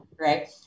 right